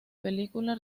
película